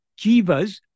jivas